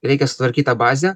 reikia sutvarkyt tą bazę